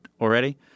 already